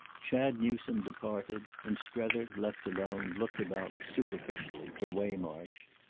chad newsome departed, and strether, left alone, looked about, superficially, for waymarsh.